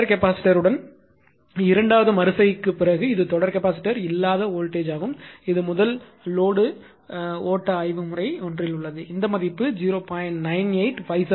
தொடர் கெப்பாசிட்டர்யுடன் இரண்டாவது மறு செய்கைக்குப் பிறகு இது தொடர் கெப்பாசிட்டர் இல்லாத வோல்டேஜ் மாகும் இது முதல் லோடுஓட்ட ஆய்வு முறை ஒன்றில் உள்ளது இந்த மதிப்பு 0